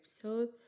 episode